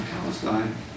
Palestine